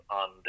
on